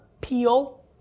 peel